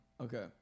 Okay